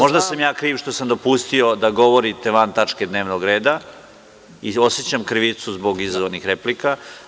Možda sam ja kriv što sam dopustio da govorite van tačke dnevnog reda i osećam krivicu zbog izazvanih replika.